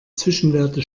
zwischenwerte